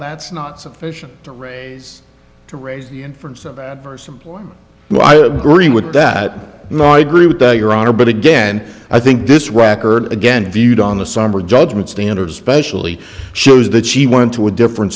that's not sufficient to raise to raise the inference of adverse employment and i agree with that no i agree with your honor but again i think this record again viewed on the summary judgment standard especially shows that she went to a different